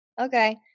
Okay